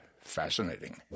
fascinating